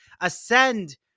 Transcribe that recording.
ascend